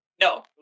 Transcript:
No